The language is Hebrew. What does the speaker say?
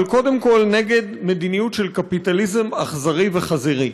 אבל קודם כול נגד מדיניות של קפיטליזם אכזרי וחזירי.